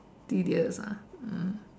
tedious ah mm